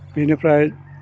बेनिफ्राय